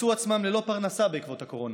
מצאו עצמם ללא פרנסה בעקבות הקורונה,